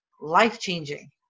life-changing